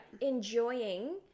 enjoying